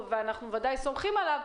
ואנחנו בוודאי סומכים עליו,